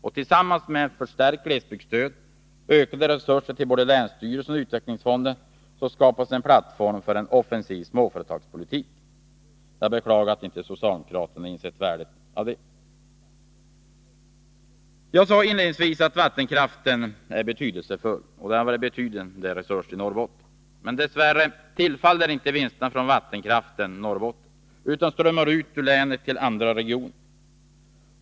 Och tillsammans med förstärkt glesbygdsstöd, ökade resurser till både länsstyrelsen och utvecklingsfonden skapas en plattform för en offensiv småföretagspolitik. Jag beklagar att socialdemokraterna inte insett värdet av detta. Jag sade inledningsvis att vattenkraften är betydande och att den varit en betydande resurs i Norrbotten. Dess värre tillfaller inte vinsterna från vattenkraften Norrbotten utan strömmar ut ur länet till andra regioner.